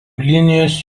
linijos